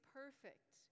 perfect